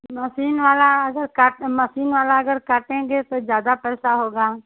machine वाला अगर काट मशीन वाला अगर काटेंगे तो ज़्यादा पैसा होगा